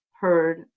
heard